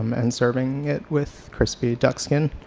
um and serving it with crispy duck skin,